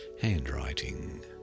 Handwriting